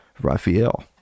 Raphael